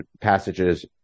passages